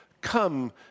come